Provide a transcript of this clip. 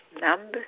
Number